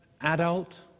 adult